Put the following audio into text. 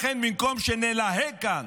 לכן, במקום שנלהג כאן